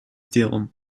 делом